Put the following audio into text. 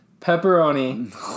pepperoni